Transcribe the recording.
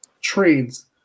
trades